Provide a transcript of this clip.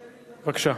לדבר במקומו.